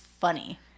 funny